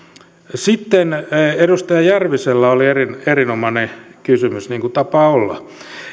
sitten edustaja järvisellä oli erinomainen kysymys niin kuin tapaa olla